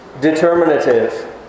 determinative